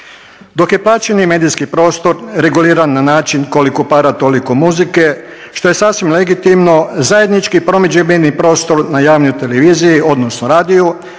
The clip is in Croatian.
Dok je plaćeni medijski prostor reguliran na način, koliko para, toliko muzike, što je sasvim legitimno, zajednički promidžbeni prostor na javnoj televiziji, odnosno radiju